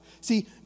See